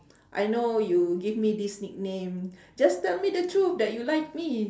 I know you give me this nickname just tell me the truth that you like me